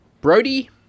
Brody